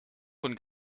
von